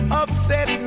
upset